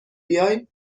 بیای